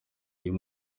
uyu